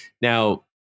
Now